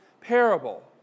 parable